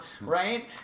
right